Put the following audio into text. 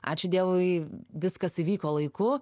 ačiū dievui viskas įvyko laiku